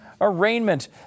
arraignment